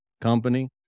company